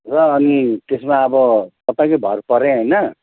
र अनि त्यसमा अब तपाईँकै भर परेँ होइन